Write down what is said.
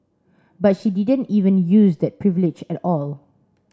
but she didn't even use that privilege at all